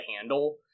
handle